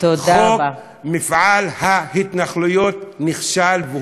חוק מפעל ההתנחלויות נכשל,